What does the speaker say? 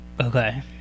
Okay